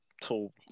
tool